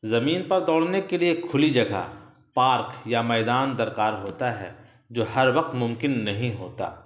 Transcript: زمین پر دوڑنے کے لیے کھلی جگہ پارک یا میدان درکار ہوتا ہے جو ہر وقت ممکن نہیں ہوتا